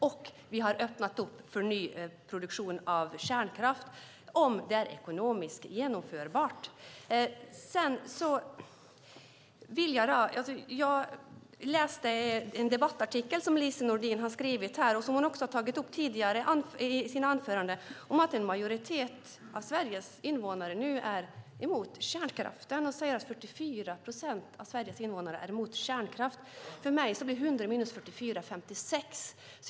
Vi har också öppnat för ny produktion av kärnkraft om det är ekonomiskt genomförbart. Jag har läst en debattartikel som Lise Nordin har skrivit och som hon tagit upp tidigare här i sitt anförande. Där står det att en majoritet, 44 procent, av Sveriges invånare nu är mot kärnkraft. 100 - 44 blir för mig 56.